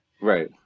right